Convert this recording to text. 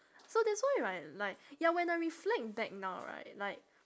so that's why right like ya when I reflect back now right like